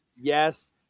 yes